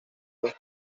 dos